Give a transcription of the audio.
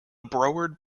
broward